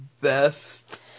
best